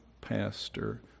pastor